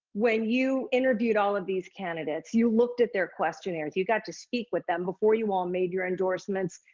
when you interviewed all of these candidates, you looked at their questionnaires, you got to speak with them before you all made your endorsements.